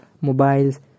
mobiles